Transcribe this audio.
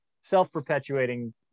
self-perpetuating